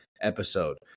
episode